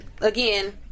again